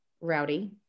Rowdy